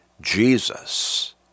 Jesus